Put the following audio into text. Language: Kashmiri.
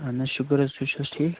اَہَن حظ شُکُر حظ تُہۍ چھُو حظ ٹھیٖک